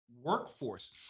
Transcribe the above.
workforce